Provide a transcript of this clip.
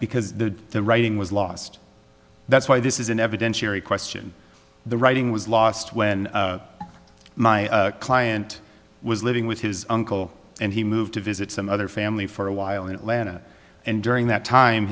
because the writing was lost that's why this is an evidentiary question the writing was lost when my client was living with his uncle and he moved to visit some other family for a while in atlanta and during that time